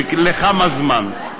ולכמה זמן.